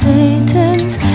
Satan's